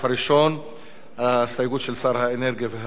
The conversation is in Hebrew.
ההסתייגות של שר האנרגיה והמים ירדה,